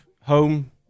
home